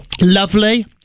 Lovely